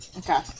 okay